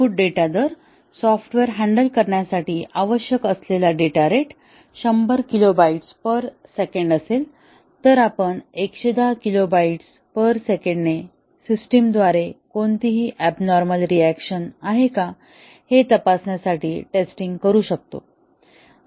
input data दर software handle करण्यासाठी आवश्यक असलेला data rate 100 kilo bytes per second असेल तर आपण 110 किलो बाइट्स पर सेकंदाने सिस्टमद्वारे कोणतीही ऍबनॉर्मल रिऍक्शन आहे का हे तपासण्यासाठी टेस्टिंग करू शकतो